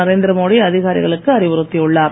நரேந்திரமோடி அதிகாரிகளுக்கு அறிவுறுத்தியுள்ளார்